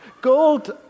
Gold